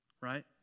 Right